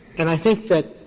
and i think that,